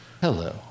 hello